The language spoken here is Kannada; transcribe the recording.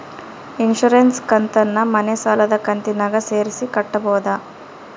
ಇನ್ಸುರೆನ್ಸ್ ಕಂತನ್ನ ಮನೆ ಸಾಲದ ಕಂತಿನಾಗ ಸೇರಿಸಿ ಕಟ್ಟಬೋದ?